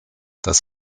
das